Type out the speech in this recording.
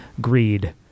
greed